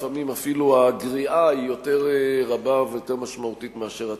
לפעמים אפילו הגריעה היא יותר רבה ויותר משמעותית מאשר התוספת.